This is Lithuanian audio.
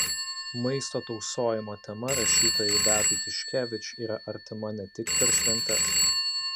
maisto tausojimo tema rašytojai beatai tiškevič yra artima ne tik per šventes